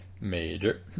Major